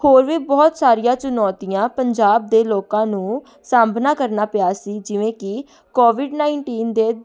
ਹੋਰ ਵੀ ਬਹੁਤ ਸਾਰੀਆਂ ਚੁਨੌਤੀਆਂ ਪੰਜਾਬ ਦੇ ਲੋਕਾਂ ਨੂੰ ਸਾਹਮਣਾ ਕਰਨਾ ਪਿਆ ਸੀ ਜਿਵੇਂ ਕਿ ਕੋਵਿਡ ਨਾਈਟੀਨ ਦੇ